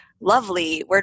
lovely